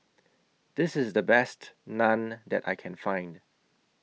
This IS The Best Naan that I Can Find